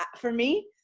for me,